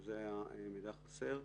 וזה היה מידע חסר.